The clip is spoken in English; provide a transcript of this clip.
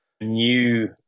new